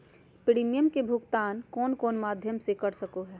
Premium के भुक्तान कौन कौन माध्यम से कर सको है?